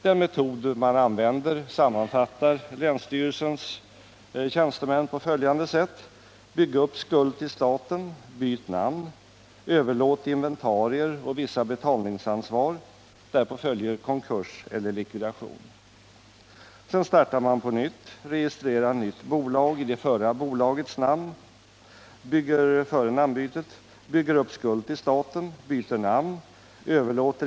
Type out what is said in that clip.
Den metod man använder sammanfattar länsstyrelsens tjänstemän på följande sätt: ”Bygg upp skuld till staten. Byt namn. Bygg upp skuld till staten. Byt namn.